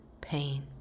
pain